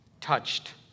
touched